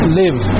live